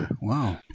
wow